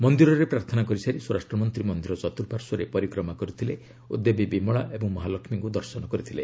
ମନ୍ଦିରରେ ପ୍ରାର୍ଥନା କରିସାରି ସ୍ୱରାଷ୍ଟ୍ରମନ୍ତ୍ରୀ ମନ୍ଦିର ଚତ୍ରୁପାର୍ଶ୍ୱରେ ପରିକ୍ରମା କରିଥିଲେ ଓ ଦେବୀ ବିମଳା ଓ ମହାଲକ୍ଷ୍ମୀଙ୍କୁ ଦର୍ଶନ କରିଥିଲେ